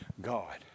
God